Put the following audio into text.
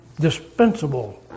dispensable